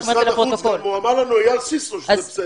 גם אמר לך אייל סיסו שזה בסדר.